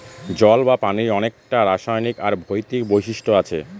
জল বা পানির অনেককটা রাসায়নিক আর ভৌতিক বৈশিষ্ট্য আছে